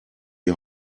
die